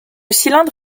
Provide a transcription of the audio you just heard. cylindre